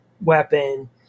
weapon